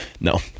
No